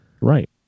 Right